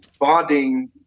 bonding